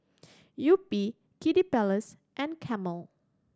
Yupi Kiddy Palace and Camel